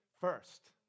first